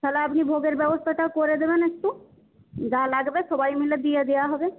তাহলে আপনি ভোগের ব্যবস্থাটাও করে দেবেন একটু যা লাগবে সবাই মিলে দিয়ে দেওয়া হবে